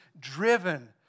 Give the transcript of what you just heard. driven